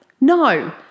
No